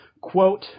quote